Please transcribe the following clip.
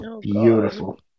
Beautiful